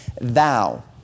thou